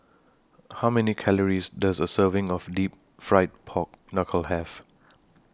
How Many Calories Does A Serving of Deep Fried Pork Knuckle Have